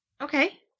Okay